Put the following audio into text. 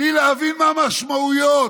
בלי להבין מה המשמעויות.